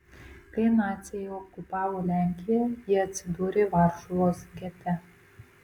kai naciai okupavo lenkiją ji atsidūrė varšuvos gete